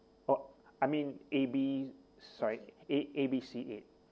oh I mean A B sorry A A B C eight